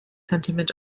sentiment